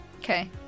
Okay